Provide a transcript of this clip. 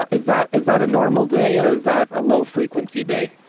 ah is that, is that a normal day or is that a low frequency day.